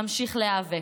אמשיך להיאבק.